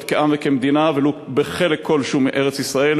כעם וכמדינה ולו בחלק כלשהו מארץ-ישראל,